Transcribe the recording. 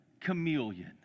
chameleon